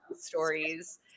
stories